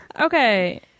Okay